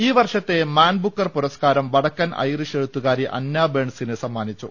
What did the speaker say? ഈ വർഷത്തെ Man Booker പുരസ്കാരം വടക്കൻ ഐറിഷ് എഴുത്തുകാ രി അന്നാ ബേൺസിന് സമ്മാനിച്ചു